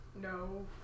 No